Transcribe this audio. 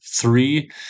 three